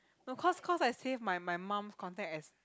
no cause cause I save my my mum contact as